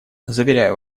заверяю